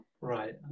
Right